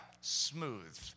Smooth